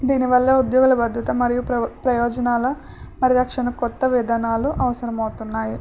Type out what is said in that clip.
దీనివల్ల ఉద్యోగుల భద్రత మరియు ప్ర ప్రయోజనాల పరిరక్షణ కొత్త విధానాలు అవసరం అవుతున్నాయి